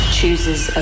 chooses